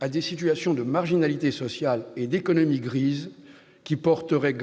à des situations de marginalité sociale et d'économie grise, qui porteraient-